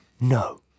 No